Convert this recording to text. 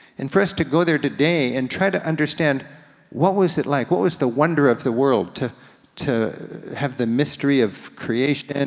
and for us to go there today, and try to understand what was it like, what was the wonder of the world to to have the mystery of creation, and